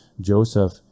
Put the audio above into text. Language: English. Joseph